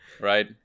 Right